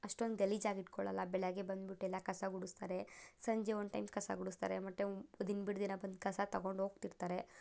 ಅಷ್ಟೊಂದು ಗಲೀಜಾಗಿ ಇಟ್ಕೊಳಲ್ಲ ಬೆಳಗ್ಗೆ ಬಂದ್ಬಿಟ್ಟು ಎಲ್ಲ ಕಸ ಗುಡಿಸ್ತಾರೆ ಸಂಜೆ ಒನ್ ಟೈಮ್ ಕಸ ಗುಡಿಸ್ತಾರೆ ಮತ್ತೆ ದಿನ ಬಿಡ್ದಿರ ಬಂದು ಕಸ ತಗೊಂಡೋಗ್ತಿರ್ತಾರೆ